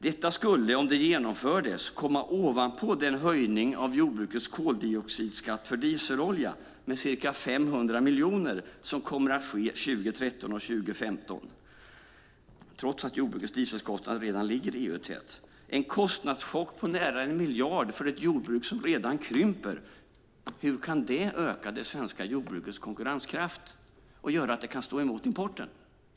Det skulle, om det genomfördes, komma ovanpå den höjning av jordbrukets koldioxidskatt för dieselolja med ca 500 miljoner som kommer att ske 2013 och 2015, trots att jordbrukets dieselkostnad redan ligger i EU-täten. Det innebär en kostnadschock med nära 1 miljard för ett jordbruk som redan krymper. Hur kan det öka det svenska jordbrukets konkurrenskraft och göra att det kan stå emot importen?